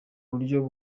buryo